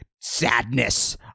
sadness